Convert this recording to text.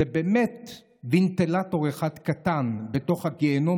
זה באמת ונטילטור אחד קטן בתוך הגיהינום